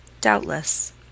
Doubtless